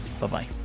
Bye-bye